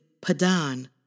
padan